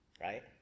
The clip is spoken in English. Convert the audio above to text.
right